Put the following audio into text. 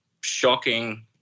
shocking